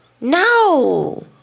No